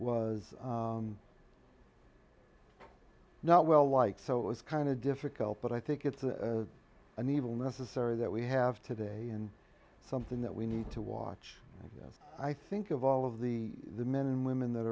was not well like so it was kind of difficult but i think it's a an evil necessary that we have today and something that we need to watch i think of all of the the men and women that